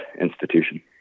institution